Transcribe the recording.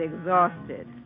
exhausted